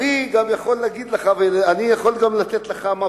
אני יכול להגיד לך גם מפה